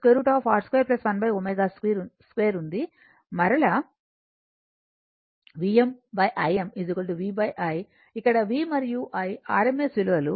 మరలా Vm Im v i ఇక్కడ V మరియు I rms విలువలు